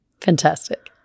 Fantastic